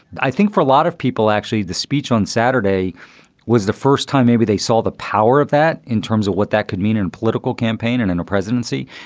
i think for a lot of people, actually, the speech on saturday was the first time maybe they saw the power of that in terms of what that could mean in political campaign and in a presidency.